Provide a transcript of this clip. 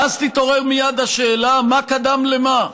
ואז תתעורר מייד השאלה מה קדם למה: